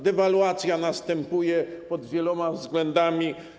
Dewaluacja następuje pod wieloma względami.